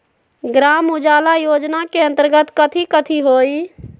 ग्राम उजाला योजना के अंतर्गत कथी कथी होई?